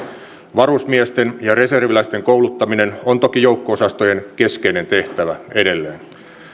varusmiesten ja reserviläisten kouluttaminen on toki joukko osastojen keskeinen tehtävä edelleen